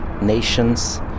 nations